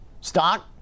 Stock